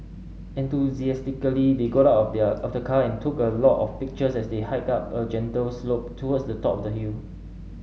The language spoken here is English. enthusiastically they got out of their of the car and took a lot of pictures as they hiked up a gentle slope towards the top of the hill